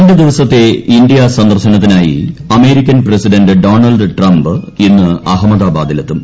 രണ്ടു ദിവസത്തെ ഇന്ത്യാ സന്ദർശനത്തിനായി അമേരിക്കൻ പ്രസിഡന്റ് ഡോണൾഡ് ട്രംപ് ഇന്ന് അഹമ്മദാബാദിലെത്തും